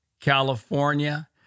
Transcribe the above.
California